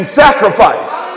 sacrifice